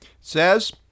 says